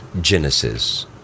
Genesis